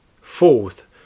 Fourth